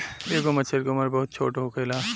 एगो मछर के उम्र बहुत छोट होखेला